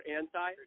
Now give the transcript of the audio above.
anti